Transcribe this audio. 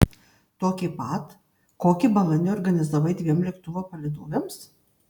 tokį pat kokį balandį organizavai dviem lėktuvo palydovėms